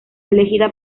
elegida